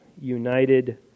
united